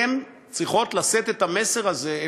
הן צריכות לשאת את המסר הזה,